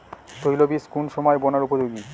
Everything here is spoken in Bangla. তৈল বীজ কোন সময় বোনার উপযোগী?